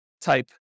type